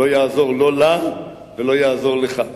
לא יעזור לה ולא יעזור לך.